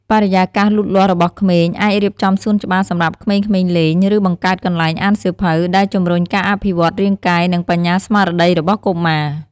បរិយាកាសលូតលាស់របស់ក្មេង អាចរៀបចំសួនច្បារសម្រាប់ក្មេងៗលេង ឬបង្កើតកន្លែងអានសៀវភៅ ដែលជំរុញការអភិវឌ្ឍន៍រាងកាយ និងបញ្ញាស្មារតីរបស់កុមារ។